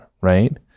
right